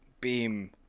beam